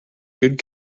good